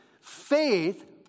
Faith